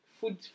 food